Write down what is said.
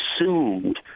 assumed